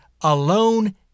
alone